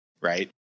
right